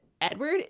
Edward